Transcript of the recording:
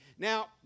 Now